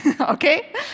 okay